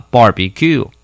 Barbecue